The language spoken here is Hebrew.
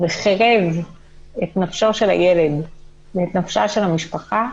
חירב את נפשו של הילד ואת נפשה של המשפחה,